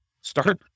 start